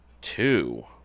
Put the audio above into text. two